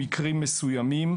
במקרים מסוימים,